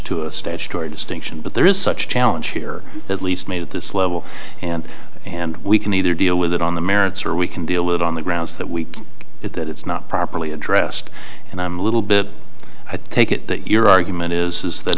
where distinction but there is such a challenge here at least made at this level and and we can either deal with it on the merits or we can deal with it on the grounds that week that it's not properly addressed and i'm a little bit i take it that your argument is is that